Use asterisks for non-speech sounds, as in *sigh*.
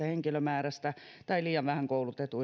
*unintelligible* henkilömäärä tai liian vähän koulutetut *unintelligible*